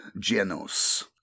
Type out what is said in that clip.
Genos